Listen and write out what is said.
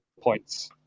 points